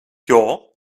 your